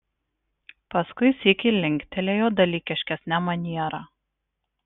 paskui sykį linktelėjo dalykiškesne maniera